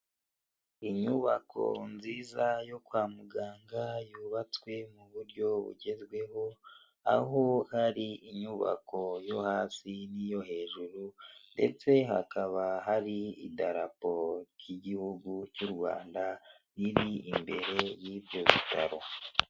Inyubako nziza yo kwa muganga yubatswe mu buryo bugezweho, aho ari inyubako yo hasi n'iyo hejuru ndetse hakaba hari idarapo ry'igihugu cy'u Rwanda, riri imbere y'ibyo bitaro.